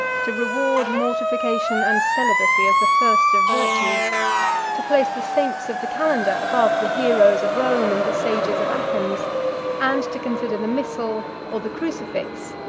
to reward mortification and celibacy as the first of virtues to place the saints of the calendar above the heroes of rome and the sages of athens and to consider the missal, or the crucifix,